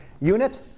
unit